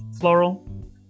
Floral